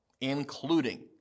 including